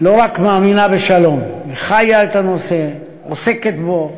רק מאמינה בשלום, היא חיה את הנושא, עוסקת בו.